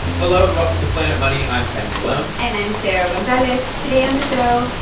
hello, and welcome to planet money. i'm kenny malone and i'm sarah gonzalez. today on the show,